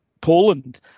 Poland